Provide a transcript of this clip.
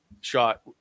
shot